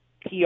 PR